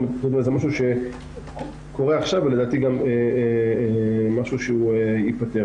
זה משהו שקורה עכשיו לדעתי גם משהו שייפתר.